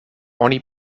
oni